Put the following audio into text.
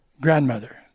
grandmother